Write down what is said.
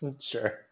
Sure